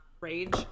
rage